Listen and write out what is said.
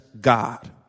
God